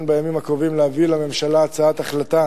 בימים הקרובים להביא לממשלה הצעת החלטה